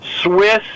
Swiss